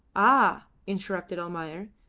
ah! interrupted almayer,